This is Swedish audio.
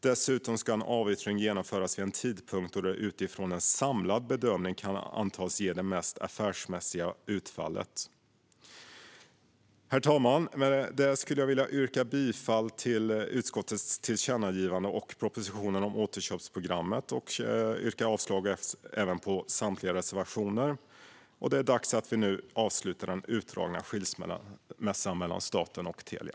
Dessutom ska en avyttring genomföras vid en tidpunkt då den utifrån en samlad bedömning kan antas ge det mest affärsmässiga utfallet. Herr talman! Med detta vill jag yrka bifall till utskottets förslag om tillkännagivande och till propositionen om återköpsprogrammet. Jag yrkar även avslag på samtliga reservationer. Det är dags att vi nu avslutar den utdragna skilsmässan mellan staten och Telia.